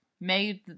made